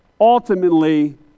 ultimately